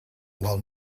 while